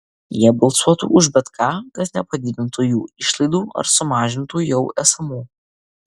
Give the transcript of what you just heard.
jie balsuotų už bet ką kas nepadidintų jų išlaidų ar sumažintų jau esamų